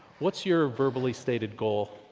what's your verbally stated goal?